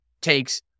takes